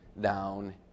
down